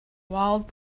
walled